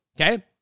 Okay